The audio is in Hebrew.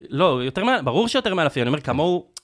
לא, ברור שיותר מאלפים, אני אומר כמוהו.